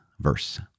verse